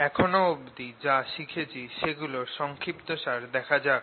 এখনো অবধি যা শিখেছি সেগুলোর সংক্ষিপ্তসার দেখা যাক